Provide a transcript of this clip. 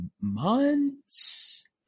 months